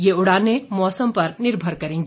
ये उड़ानें मौसम पर निर्भर करेगी